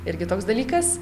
irgi toks dalykas